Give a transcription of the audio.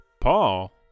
Paul